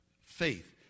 faith